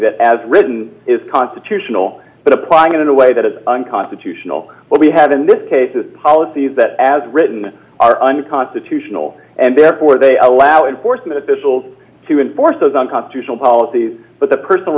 that as written is constitutional but applying it in a way that is unconstitutional what we have in this case is policies that as written are unconstitutional and therefore they allow enforcement officials to enforce those unconstitutional policies but the personal